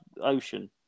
ocean